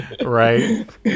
right